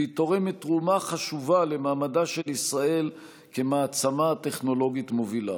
והיא תורמת תרומה חשובה למעמדה של ישראל כמעצמה טכנולוגית מובילה.